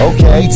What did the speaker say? Okay